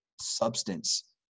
substance